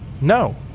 No